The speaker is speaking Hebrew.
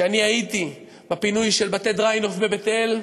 כשאני הייתי בפינוי של בתי-דריינוף בבית-אל,